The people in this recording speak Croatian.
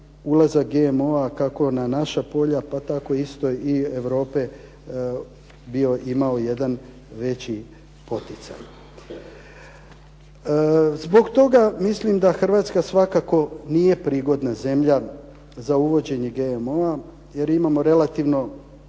ulazak GMO-a kako na naša polja pa tako isto i Europe imao jedan veći poticaj. Zbog toga mislim da Hrvatska svakako nije prigodna zemlja za uvođenje GMO-a jer imamo relativno,